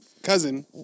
Cousin